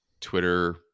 Twitter